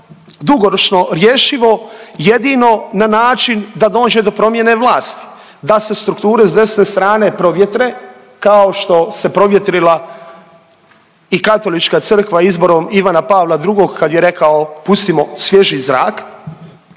dugoročno rješivo jedino na način da dođe do promjene vlasti, da se strukture s desne strane provjetre kao što se provjerila i Katolička crkva izborom Ivana Pavla II kad je rekao pustimo svježi zrak